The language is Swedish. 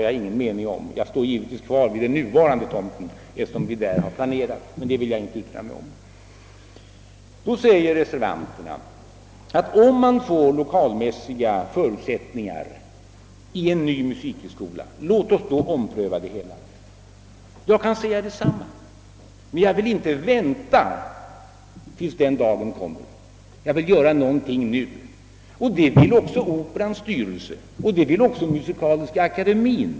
Jag står givetvis kvar vid förslaget om den nuvarande tomten, eftersom vi har planerat att förlägga den nya skolan dit, men jag vill inte yttra mig om det. Då säger reservanterna: Om det blir andra lokalmässiga förutsättningar genom en ny musikhögskola, låt oss då ompröva hela frågan! Jag kan säga detsamma. Men jag vill inte vänta tills den dagen kommer; jag vill göra någonting nu. Det vill också operastyrelsen och musikaliska akademien.